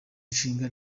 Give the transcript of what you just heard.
nshinga